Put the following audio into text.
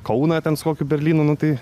kauną ten kokiu berlynu nu tai